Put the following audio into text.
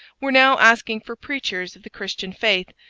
were now asking for preachers of the christian faith,